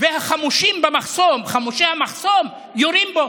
והחמושים במחסום, חמושי המחסום, יורים בו.